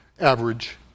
average